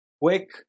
Quick